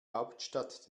hauptstadt